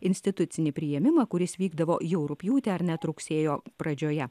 institucinį priėmimą kuris vykdavo jau rugpjūtį ar net rugsėjo pradžioje